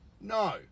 no